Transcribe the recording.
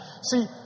See